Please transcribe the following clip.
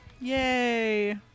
Yay